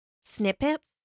snippets